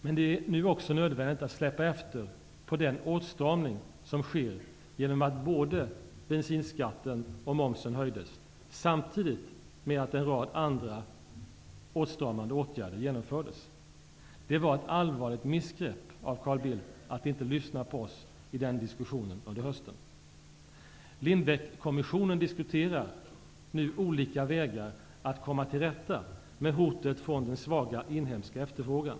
Men det är också nödvändigt att släppa efter på den åstramning som nu sker genom att både bensinskatten och momsen höjdes, samtidigt med att en rad andra åtstramande åtgärder genomfördes. Det var ett allvarligt missgrepp av Carl Bildt att inte lyssna på oss under höstens diskussion. Lindbeckkommissionen diskuterar nu olika vägar för att komma till rätta med hotet från den svaga inhemska efterfrågan.